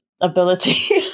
ability